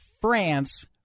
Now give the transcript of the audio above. France